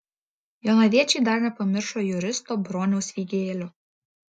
jonaviečiai dar nepamiršo juristo broniaus vygėlio